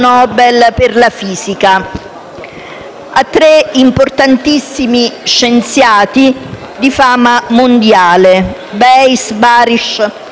a tre importantissimi scienziati di fame mondiale, Weiss, Barish e Thorne.